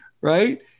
Right